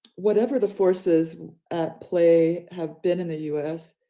whatever the forces at play have been in the us.